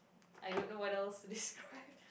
I don't know what else to describe